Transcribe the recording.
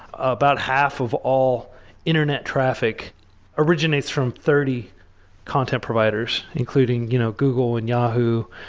about half of all internet traffic originates from thirty content providers including you know google, and yahoo,